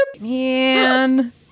man